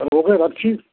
হ ওকে রাখছি